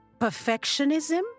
Perfectionism